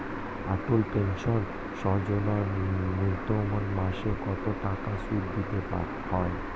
অটল pension Yojana ন্যূনতম মাসে কত টাকা সুধ দিতে হয়?